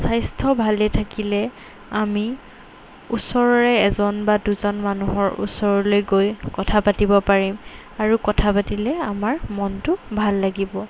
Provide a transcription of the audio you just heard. স্বাস্থ্য ভালে থাকিলে আমি ওচৰৰে এজন বা দুজন মানুহৰ ওচৰলৈ গৈ কথা পাতিব পাৰিম আৰু কথা পাতিলে আমাৰ মনটো ভাল লাগিব